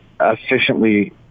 efficiently